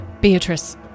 Beatrice